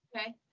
okay